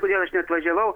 kodėl aš neatvažiavau